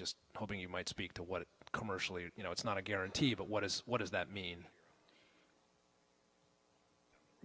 just hoping you might speak to what commercially you know it's not a guarantee but what is what does that mean